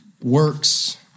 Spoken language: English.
works